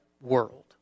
world